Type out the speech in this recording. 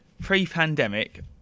Pre-pandemic